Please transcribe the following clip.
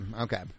okay